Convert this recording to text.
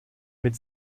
mit